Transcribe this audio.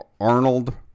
Arnold